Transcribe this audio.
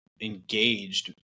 engaged